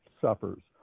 suffers